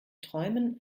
träumen